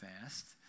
fast